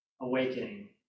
awakening